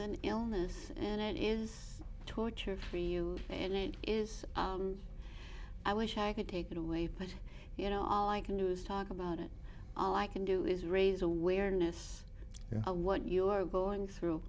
an illness and it is torture for you and it is i wish i could take it away but you know all i can do is talk about it all i can do is raise awareness of what you are going through